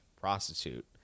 prostitute